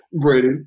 Brady